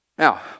Now